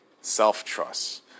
self-trust